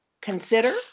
consider